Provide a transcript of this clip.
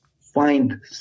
find